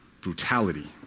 brutality